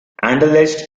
anderlecht